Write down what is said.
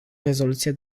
rezoluție